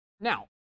Now